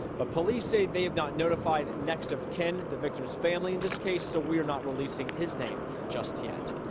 but police say they have not notified next of kin. the victim's family in this case. so we're not releasing his name just yet.